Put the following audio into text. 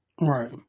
Right